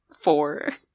four